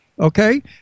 Okay